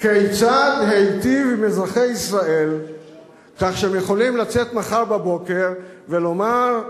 כיצד היטיב עם אזרחי ישראל כך שהם יכולים לצאת מחר בבוקר ולומר: